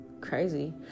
crazy